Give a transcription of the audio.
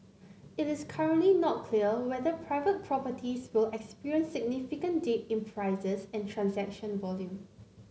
it is currently not clear whether private properties will experience significant dip in prices and transaction volume